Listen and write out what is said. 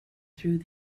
through